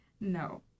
no